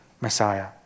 Messiah